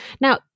Now